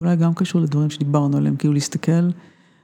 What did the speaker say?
‫אולי גם קשור לדברים ‫שדיברנו עליהם, כאילו להסתכל.